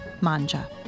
MANJA